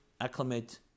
acclimate